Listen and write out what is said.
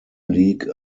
league